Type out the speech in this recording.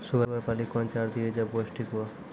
Sugar पाली कौन चार दिय जब पोस्टिक हुआ?